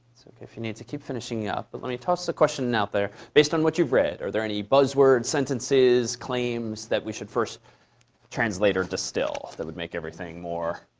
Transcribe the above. if you need to keep finishing up but let me toss the question out there, based on what you've read, are there any buzzwords, sentences, claims, that we should first translate or distill that would make everything more